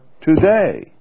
today